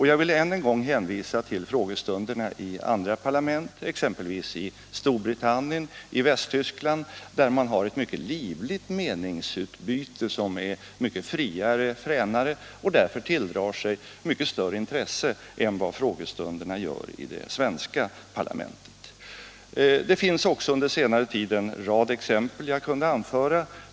Jag vill än en gång hänvisa till frågestunderna i andra parlament, exempelvis i Storbritannien och i Västtyskland, där man har ett mycket livligt meningsutbyte som är betydligt friare, fränare och därför tilldrar sig mycket större intresse än vad frågestunderna i det svenska parlamentet gör. Det finns också från senare tid en rad exempel som jag kunde anföra.